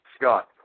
Scott